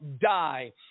die